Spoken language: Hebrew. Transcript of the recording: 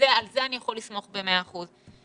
על זה אני יכול לסמוך במאה אחוז.